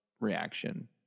reaction